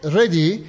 ready